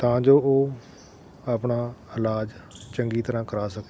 ਤਾਂ ਜੋ ਉਹ ਆਪਣਾ ਇਲਾਜ ਚੰਗੀ ਤਰ੍ਹਾਂ ਕਰਾ ਸਕੇ